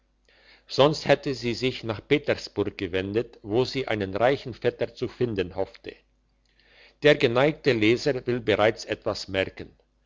sonst hätte sie sich nach petersburg gewendet wo sie einen reichen vetter zu finden hoffte der geneigte leser will bereits etwas merken